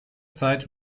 zeit